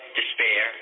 despair